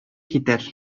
китәр